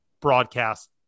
broadcast